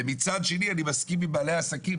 ומצד שני, אני מסכים עם בעלי העסקים.